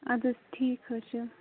اَدٕ حظ ٹھیٖک حظ چھُ